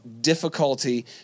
difficulty